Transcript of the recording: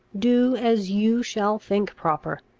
do as you shall think proper.